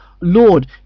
Lord